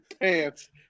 pants